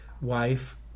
wife